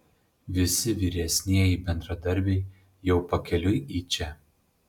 visi vyresnieji bendradarbiai jau pakeliui į čia